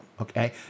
Okay